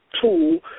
tool